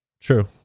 true